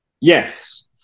Yes